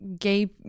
gay